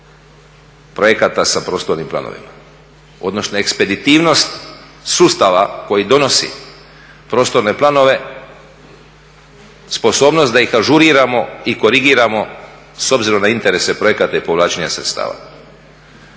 projekata sa prostornim planovima, odnosno ekspeditivnost sustava koji donosi prostorne planove, sposobnost da ih ažuriramo i korigiramo s obzirom na interese projekata i povlačenja sredstava.